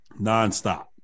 nonstop